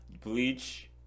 Bleach